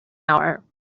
hour